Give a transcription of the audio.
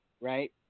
right